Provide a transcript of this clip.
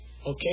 Okay